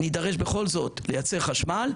נדרש בכל זאת לייצר חשמל,